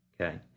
Okay